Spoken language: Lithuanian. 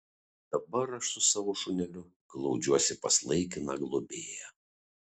dabar aš su savo šuneliu glaudžiuosi pas laikiną globėją